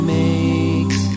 makes